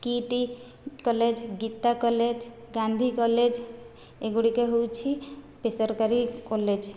କୀଟ୍ college Gita college Gandhi college ଏଗୁଡ଼ିକ ହେଉଛି ବେସରକାରୀ କଲେଜ